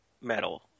metal